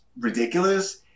Ridiculous